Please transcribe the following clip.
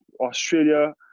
Australia